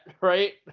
right